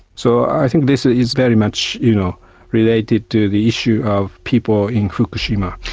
so i think this is very much you know related to the issue of people in fukushima.